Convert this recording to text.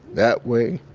that way,